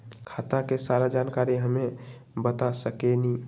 खाता के सारा जानकारी हमे बता सकेनी?